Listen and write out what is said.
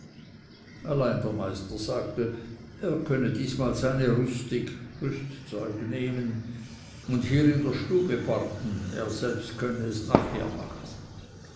allein der meister sagte er könne diesmal seine rustig nehmen und hier in der stube barten er selbst könne es nachher machen